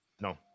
No